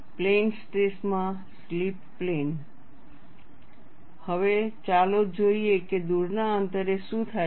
plane stress માં slip plane હવે ચાલો જોઈએ કે દૂરના અંતરે શું થાય છે